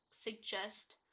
suggest